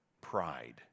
pride